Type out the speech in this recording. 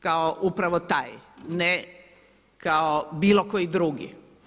Kao upravo taj, ne kao bilo koji drugi.